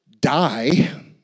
die